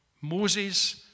Moses